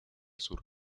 sur